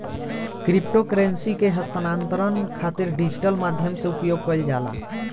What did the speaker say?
crypto currency के हस्तांतरण खातिर डिजिटल माध्यम से उपयोग कईल जाला